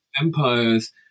Empires